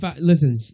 listen